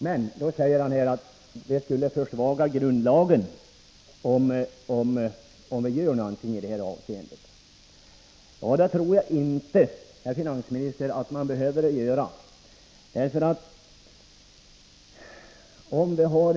Men finansministern säger att det skulle försvaga grundlagen om man gjorde någonting åt dessa förhållanden. Det tror jag inte att det behöver göra, herr finansminister.